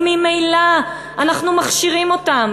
כי ממילא אנחנו מכשירים אותם.